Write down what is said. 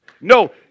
No